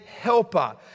helper